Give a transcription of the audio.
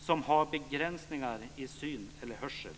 som har begränsningar i syn eller hörsel.